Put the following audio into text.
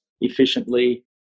efficiently